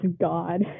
god